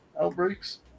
outbreaks